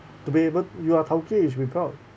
to be able you are tauke you should be proud